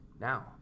now